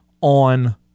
on